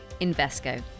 Invesco